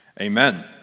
Amen